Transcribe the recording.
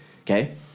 okay